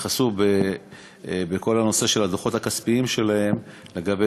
יתייחסו בכל הנושא של הדוחות הכספיים שלהם לגבי